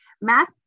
Math